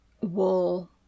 wool